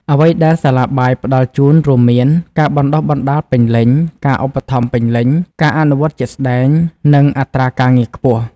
អ្វីដែលសាលាបាយផ្តល់ជូនរួមមាន ការបណ្តុះបណ្តាលពេញលេញ ការឧបត្ថម្ភពេញលេញ ការអនុវត្តជាក់ស្តែង និងអត្រាការងារខ្ពស់។